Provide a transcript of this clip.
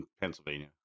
Pennsylvania